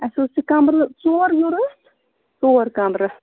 اَسہِ حظ چھُ کمرٕ ژور ضروٗرت ژور کمرٕ